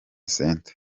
center